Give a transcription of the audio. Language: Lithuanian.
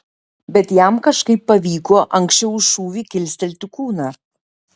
bet jam kažkaip pavyko anksčiau už šūvį kilstelti kūną